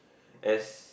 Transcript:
as